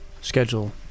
Schedule